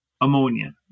ammonia